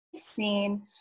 seen